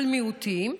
על מיעוטים,